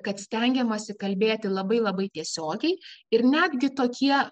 kad stengiamasi kalbėti labai labai tiesiogiai ir netgi tokie